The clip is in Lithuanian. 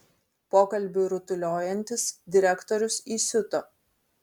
pokalbiui rutuliojantis direktorius įsiuto